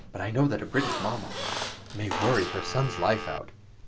but i know that a british mama may worry her son's life out.